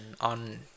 on